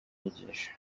nyigisho